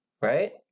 right